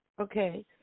Okay